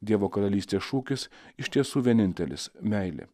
dievo karalystės šūkis iš tiesų vienintelis meilė